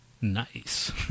Nice